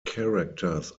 characters